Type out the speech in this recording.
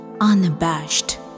unabashed